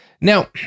Now